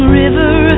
river